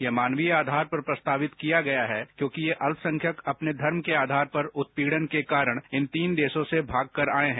यह मानवीय आधार पर प्रस्तावित किया गया है क्योंकि ये अल्पसंख्यक अपने धर्म के आधार पर उत्पीड़न के कारण इन तीन देशों से भाग कर आये हैं